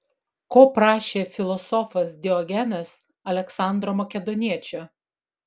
ko prašė filosofas diogenas aleksandro makedoniečio